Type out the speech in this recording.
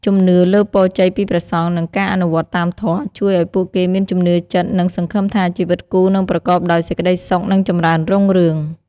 ជំនឿលើពរជ័យពីព្រះសង្ឃ និងការអនុវត្តតាមធម៌ ជួយឱ្យពួកគេមានជំនឿចិត្ត និងសង្ឃឹមថាជីវិតគូនឹងប្រកបដោយសេចក្តីសុខ និងចម្រើនរុងរឿង។